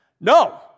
no